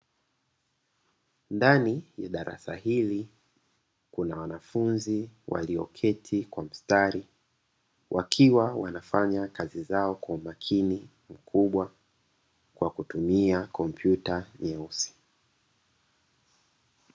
Ndani ya darasa hili kuna wanafunzi walioketi kwa mstari wakiwa wanafanya kazi zao kwa umakini mkubwa kwa kutumia kompyuta nyeusi.